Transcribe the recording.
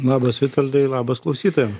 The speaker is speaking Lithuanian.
labas vitoldai labas klausytojam